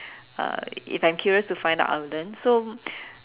uh if I'm curious to find out I'll learn so